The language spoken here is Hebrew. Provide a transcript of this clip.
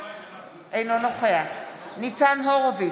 אינו נוכח ניצן הורוביץ,